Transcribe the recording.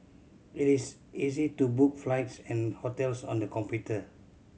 it is easy to book flights and hotels on the computer